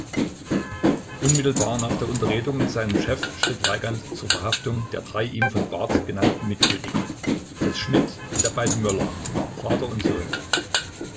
unmittelbar nach der unterredung mit seinem chef schritt weigand zur verhaftung der drei ihm von barth genannten mitschuldigen des schmidt und der beiden möller vater und sohn